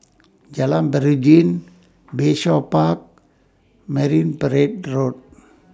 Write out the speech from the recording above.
Jalan Beringin Bayshore Park Marine Parade Road